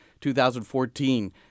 2014